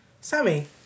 Sammy